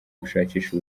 gushakisha